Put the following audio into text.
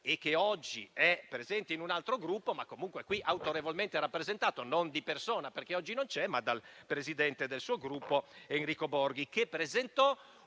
e che oggi è presente in un altro Gruppo, ma comunque qui autorevolmente rappresentato, non di persona (perché oggi non c'è), ma dal presidente del suo Gruppo Enrico Borghi, ricordo